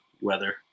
weather